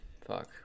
Fuck